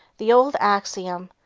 the old axiom,